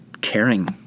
caring